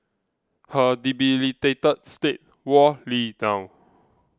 her debilitated state wore Lee down